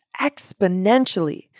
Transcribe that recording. exponentially